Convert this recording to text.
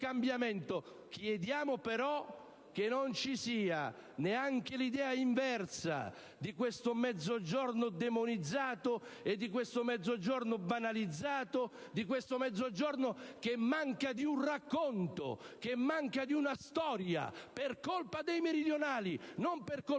Chiediamo però che non ci sia neanche l'idea inversa di questo Mezzogiorno demonizzato, di questo Mezzogiorno banalizzato, di questo Mezzogiorno che manca di un racconto, che manca di una storia per colpa dei meridionali, non per colpa della